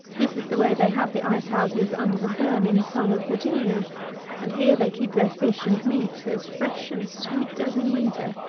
this is the way they have the ice-houses under the burning sun of virginia and here they keep their fish and meat as fresh and sweet as in winter,